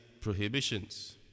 prohibitions